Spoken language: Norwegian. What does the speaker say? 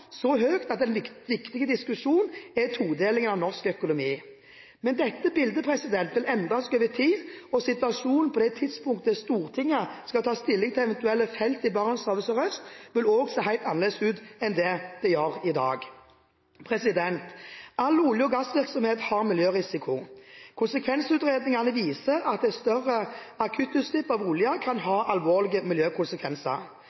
så høyt at en viktig diskusjon er todelingen av norsk økonomi. Dette bildet vil endre seg over tid, og situasjonen på det tidspunktet Stortinget skal ta stilling til eventuelle felt i Barentshavet sørøst, vil se helt annerledes ut enn i dag. For all olje- og gassvirksomhet er det en miljørisiko. Konsekvensutredningene viser at et større akuttutslipp av olje kan